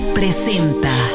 presenta